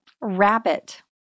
Rabbit